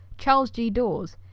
charles g dawes,